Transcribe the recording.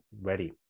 ready